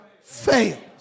fails